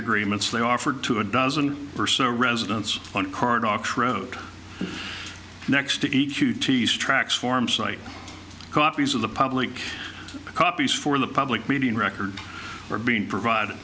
agreements they offered to a dozen or so residents wrote next to e q teas tracks form site copies of the public copies for the public meeting record are being provided